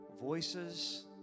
voices